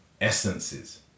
essences